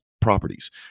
properties